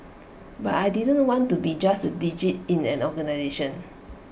but I didn't want to be just A digit in an organisation